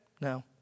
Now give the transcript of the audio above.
No